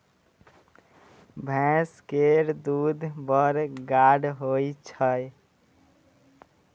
भैंस केर दूध बड़ गाढ़ होइ छै